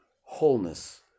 wholeness